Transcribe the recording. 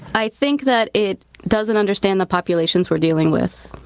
i think that it doesn't understand the populations we're dealing with.